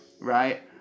right